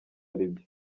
aribyo